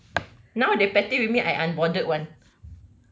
now they petty with me I'm unbothered [one]